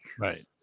Right